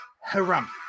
Haram